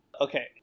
Okay